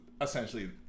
essentially